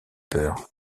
peur